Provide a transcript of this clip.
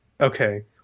okay